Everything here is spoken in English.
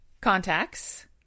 Contacts